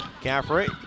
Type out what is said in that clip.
Caffrey